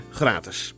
gratis